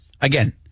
again